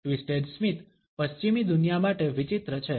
twisted સ્મિત પશ્ચિમી દુનિયા માટે વિચિત્ર છે